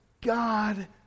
God